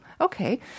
Okay